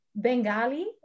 Bengali